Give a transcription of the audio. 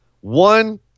one